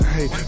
Hey